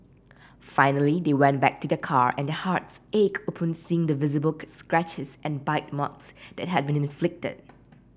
finally they went back to their car and their hearts ached upon seeing the visible scratches and bite marks that had been inflicted